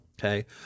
Okay